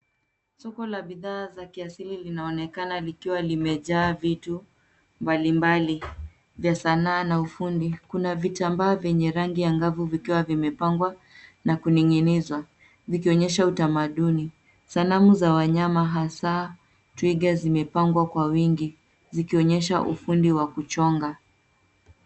Soko la bidhaa za kiasili linaonekana likiwa limejaa vitu mbali mbali vya sanaa na ufundi. Kuna vitambaa vyenye rangi angavu vikiwa vimepangwa na kuning'inizwa vikionyesha utamaduni. Sanamu za wanyama hasa twiga zimepangwa kwa wingi zikionyesha ufundi wa kuchonga.